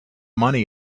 money